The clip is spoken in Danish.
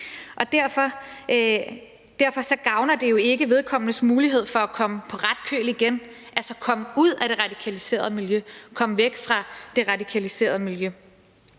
og derfor gavner det jo ikke vedkommendes mulighed for at komme på ret køl igen, altså komme ud af det radikaliserede miljø, komme væk fra det radikaliserede miljø.